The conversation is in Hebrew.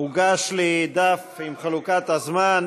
הוגש לי דף עם חלוקת הזמן.